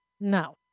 No